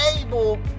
able